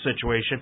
situation